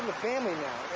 family now,